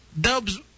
Dubs